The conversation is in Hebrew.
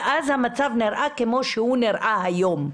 אז, המצב נראה כמו שהוא נראה היום.